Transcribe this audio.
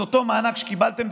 את אותו מענק שקיבלתם,